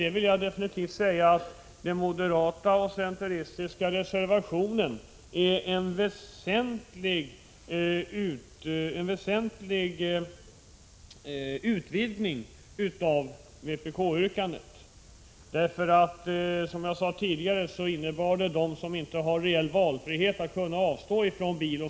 Men denna reservation från moderaterna och centern innebär en väsentlig utvidgning av vpk-yrkandet. Vår motion utgick från människor med låga löner som inte har reell valfrihet att avstå från bil.